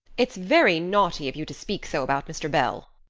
it's very naughty of you to speak so about mr. bell,